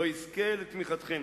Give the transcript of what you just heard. הוא לא יזכה לתמיכתכם.